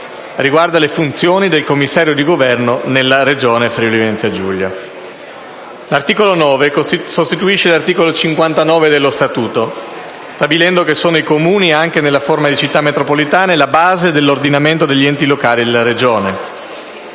riguarda le funzioni del Commissario di Governo nella Regione Friuli-Venezia Giulia. L'articolo 9 sostituisce l'articolo 59 dello Statuto, stabilendo che sono i Comuni, anche nella forma di Città metropolitane, la base dell'ordinamento degli enti locali della Regione.